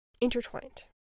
intertwined